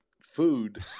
food